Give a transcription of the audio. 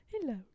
Hello